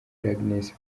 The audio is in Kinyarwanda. agnes